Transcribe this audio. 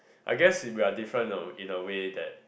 I guess if we are different a way in a way that